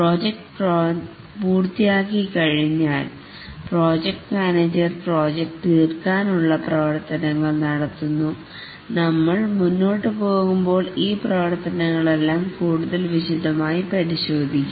project പൂർത്തിയാക്കി കഴിഞ്ഞാൽ project manager project തീർക്കാൻ ഉള്ള പ്രവർത്തനങ്ങൾ നടത്തുന്നു നമ്മൾ മുന്നോട്ടു പോകുമ്പോൾ ഈ പ്രവർത്തനങ്ങളെല്ലാം കൂടുതൽ വിശദമായി പരിശോധിക്കും